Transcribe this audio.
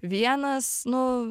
vienas nu